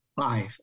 five